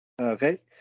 Okay